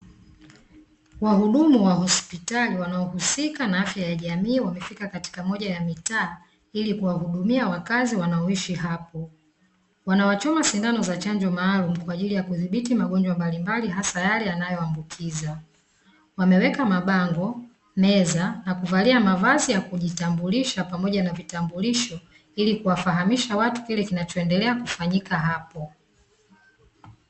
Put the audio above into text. Wahudumu wa hospitali wanaohusika na afya ya jamii, wamefika katika moja ya mitaa hili kuwa hudumia wakazi wanaoishi hapo. Wanawachoma sindano za chanjo maalumu kwa ajili ya kudhibiti magonjwa mbalimbali hasa yale yanayo ambukiza, wameweka mabango, meza na kuvalia mavazi ya kujitambulisha pamoja na vitambulisho hili kuwa fahamisha kile kinachoendelea kufanyika hapo.